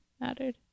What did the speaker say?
mattered